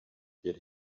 get